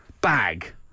bag